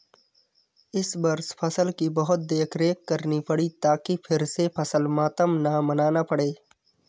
इस वर्ष फसल की बहुत देखरेख करनी पड़ी ताकि फिर से फसल मातम न मनाना पड़े